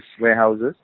warehouses